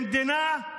במדינה,